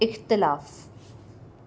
इख़्तिलाफ़ु